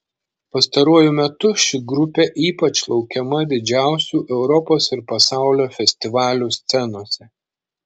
pastaruoju metu ši grupė ypač laukiama didžiausių europos ir pasaulio festivalių scenose